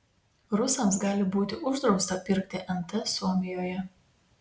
rusams gali būti uždrausta pirkti nt suomijoje